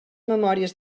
memòries